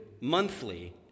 monthly